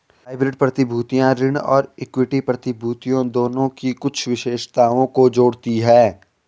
hybrid प्रतिभूतियां ऋण और इक्विटी प्रतिभूतियों दोनों की कुछ विशेषताओं को जोड़ती हैं